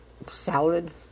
salad